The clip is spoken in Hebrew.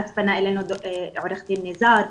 אז פנה אלינו עו"ד ניזאר,